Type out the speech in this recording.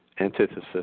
antithesis